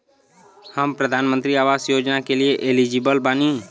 हम प्रधानमंत्री आवास योजना के लिए एलिजिबल बनी?